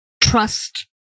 trust